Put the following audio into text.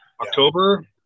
October